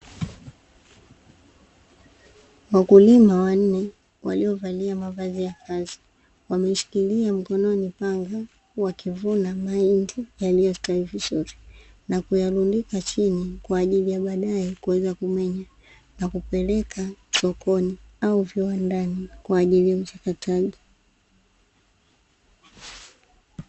Wakulima wanne waliovalia mavazi ya kazi wameshikilia mkononi panga, wakivuna mahindi yaliyostawi vizuri na kuyalundika chini kwa ajili ya baadae kuja kumenya na kupekeka sokoni au viwandani kwa ajili ya uchakataji.